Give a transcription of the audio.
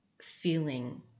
feeling